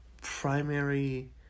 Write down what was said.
primary